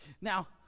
Now